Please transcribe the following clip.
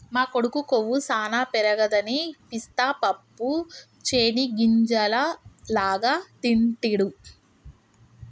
మా కొడుకు కొవ్వు సానా పెరగదని పిస్తా పప్పు చేనిగ్గింజల లాగా తింటిడు